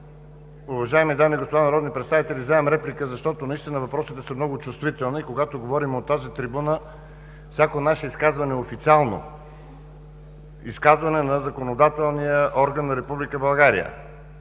уважаеми дами и господа народни представители! Вземам реплика, защото наистина въпросите са много чувствителни. Когато говорим от тази трибуна, всяко наше изказване е официално – изказване на законодателния орган на Република България.